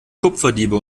kupferdiebe